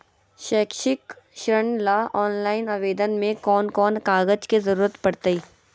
शैक्षिक ऋण ला ऑनलाइन आवेदन में कौन कौन कागज के ज़रूरत पड़तई?